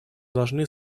должны